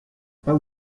pas